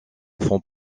font